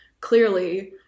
clearly